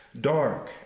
dark